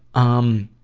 um,